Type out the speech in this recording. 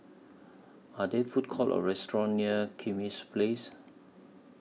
Are There Food Courts Or restaurants near Kismis Place